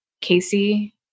Casey